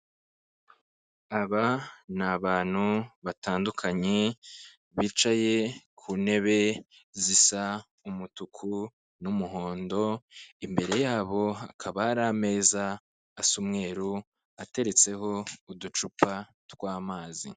Aba ni abantu batandukanye bicaye ku ntebe zisa umutuku n'umuhondo, imbere yabo hakaba hari ameza asa umweru, ateretseho uducupa tw'amazi.